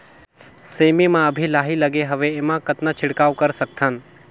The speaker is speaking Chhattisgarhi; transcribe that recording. सेमी म अभी लाही लगे हवे एमा कतना छिड़काव कर सकथन?